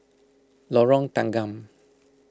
Lorong Tanggam